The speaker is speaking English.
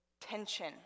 tension